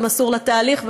שמסור לתהליך,